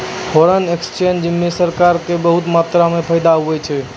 foreign exchange म सरकार क बहुत मात्रा म फायदा होय छै